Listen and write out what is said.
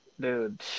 dude